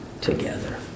together